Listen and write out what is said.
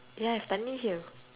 ya it's தண்ணீர்: tannir here